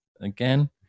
again